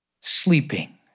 sleeping